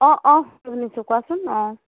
অঁ অঁ শুনিছোঁ কোৱাচোন অঁ